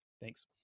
Thanks